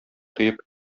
тоеп